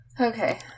Okay